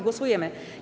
Głosujemy.